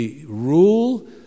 rule